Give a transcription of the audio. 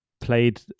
played